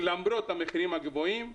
למרות המחירים הגבוהים.